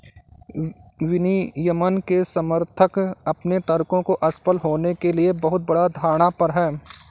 विनियमन के समर्थक अपने तर्कों को असफल होने के लिए बहुत बड़ा धारणा पर हैं